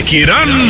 Kiran